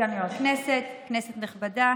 סגן יו"ר הכנסת, כנסת נכבדה,